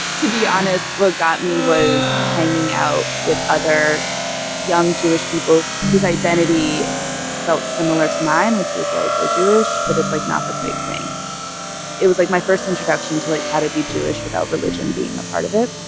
to be honest, what got me was hanging out with other young jewish people whose identity felt similar to mine, which was like we're jewish, but it's like not this big thing it was like my first introduction to like how to be jewish without religion being a part of it.